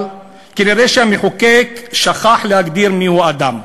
אבל כנראה המחוקק שכח להגדיר מיהו אדם: